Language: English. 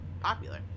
popular